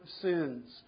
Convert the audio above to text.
sins